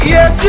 Yes